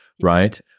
right